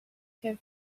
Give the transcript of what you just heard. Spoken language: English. her